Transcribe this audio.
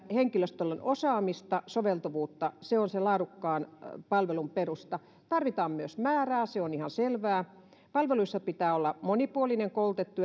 henkilöstöllä on osaamista soveltuvuutta se on sen laadukkaan palvelun perusta tarvitaan myös määrää se on ihan selvää palveluissa pitää olla monipuolinen koulutettu